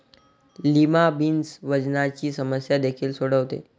lima beans वजनाची समस्या देखील सोडवते